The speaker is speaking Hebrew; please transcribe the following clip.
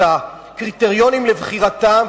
את הקריטריונים לבחירתם,